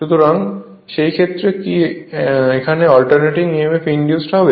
সুতরাং সেই ক্ষেত্রে কি এখানে অল্টারনেটিং emf ইন্ডিউজড হবে